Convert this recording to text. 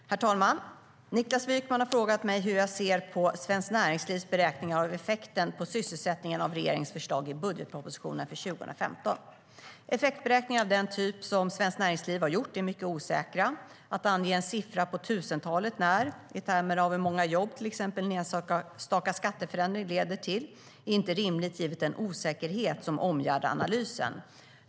Herr talman! Niklas Wykman har frågat mig hur jag ser på Svenskt Näringslivs beräkningar av effekten på sysselsättningen av regeringens förslag i budgetpropositionen för 2015.Effektberäkningar av den typ som Svenskt Näringsliv har gjort är mycket osäkra. Att ange en siffra på tusentalet när, i termer av hur många jobb till exempel en enstaka skatteförändring leder till, är inte rimligt givet den osäkerhet som omgärdar analysen.